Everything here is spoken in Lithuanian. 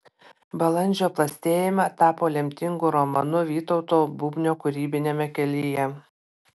balandžio plastėjime tapo lemtingu romanu vytauto bubnio kūrybiniame kelyje